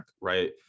right